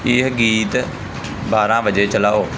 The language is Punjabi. ਇਹ ਗੀਤ ਬਾਰ੍ਹਾਂ ਵਜੇ ਚਲਾਓ